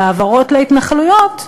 על העברות להתנחלויות,